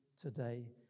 today